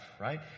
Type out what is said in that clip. right